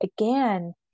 Again